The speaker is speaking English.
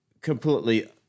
completely